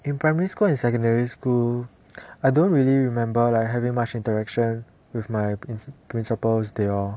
in primary school and secondary school I don't really remember like having much interaction with my principals they all